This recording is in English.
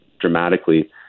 dramatically